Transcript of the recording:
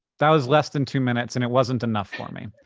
that was less than two minutes, and it wasn't enough for me.